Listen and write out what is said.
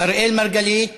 אראל מרגלית